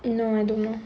no I don't know